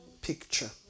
picture